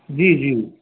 जी जी